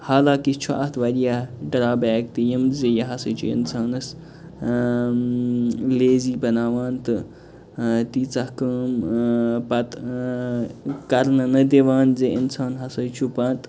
حالانٛکہِ چھُ اَتھ واریاہ ڈرٛابیک تہِ یِم زِ یہِ ہسا چھُ اِنسانَس لیزی بناوان تہٕ اۭں تیٖژاہ کٲم اۭں پَتہٕ اۭں کَرٕنہٕ نَہ دِوان زِ اِنسان ہسا چھُ پَتہٕ